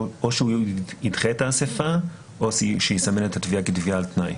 או שהוא ידחה את האסיפה או שיסמן את התביעה כתביעה על תנאי.